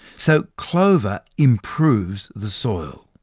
so clover improves the soil.